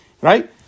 Right